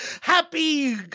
Happy